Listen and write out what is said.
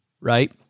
right